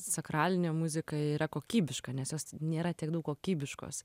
sakralinė muzika yra kokybiška nes jos nėra tiek daug kokybiškos